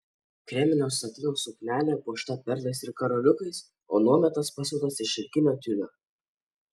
kreminio satino suknelė puošta perlais ir karoliukais o nuometas pasiūtas iš šilkinio tiulio